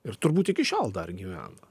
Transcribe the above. ir turbūt iki šiol dar gyvena